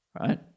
right